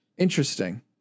Interesting